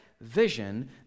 vision